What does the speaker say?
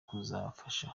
kuzafasha